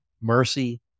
mercy